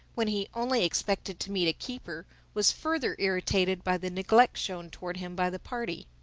when he only expected to meet a keeper, was further irritated by the neglect shown toward him by the party.